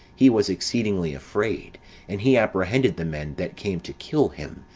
he was exceedingly afraid and he apprehended the men that came to kill him,